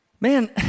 Man